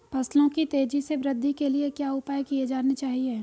फसलों की तेज़ी से वृद्धि के लिए क्या उपाय किए जाने चाहिए?